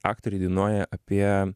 aktoriai dainuoja apie